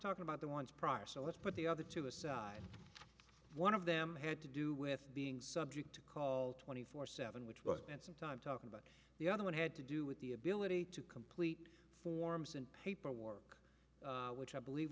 talking about the ones prior so let's put the other two aside one of them had to do with being subject to call twenty four seven which was spent some time talking about the other one had to do with the ability to complete forms and paperwork which i believe